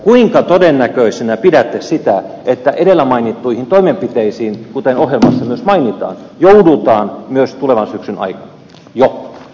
kuinka todennäköisenä pidätte sitä että edellä mainittuihin toimenpiteisiin kuten ohjelmassa myös mainitaan joudutaan myös jo tulevan syksyn aikana